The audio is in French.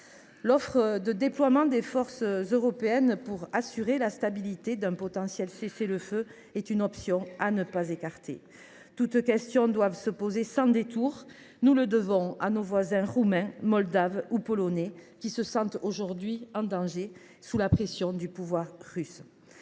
d’un déploiement de forces européennes pour assurer la stabilité d’un potentiel cessez le feu est une option à ne pas écarter. Toutes les questions doivent être posées sans détour. Nous le devons à nos voisins roumains, moldaves ou polonais, qui se sentent en danger, sous la pression du pouvoir russe.